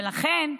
ולכן,